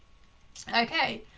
okay,